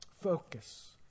focus